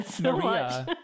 Maria